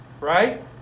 right